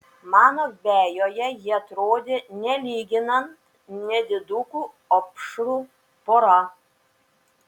mano vejoje jie atrodė nelyginant nedidukų opšrų pora